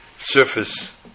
surface